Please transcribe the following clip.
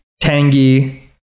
tangy